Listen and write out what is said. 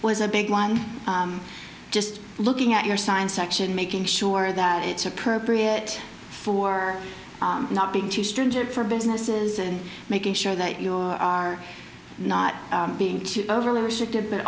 was a big one just looking at your science section making sure that it's appropriate for not being too stringent for businesses and making sure that you are not being overly restrictive but